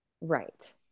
Right